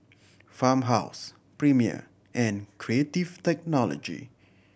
Farmhouse Premier and Creative Technology